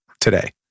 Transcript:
today